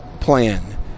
plan